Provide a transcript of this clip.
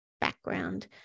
background